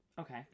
Okay